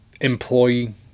employee